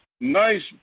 nice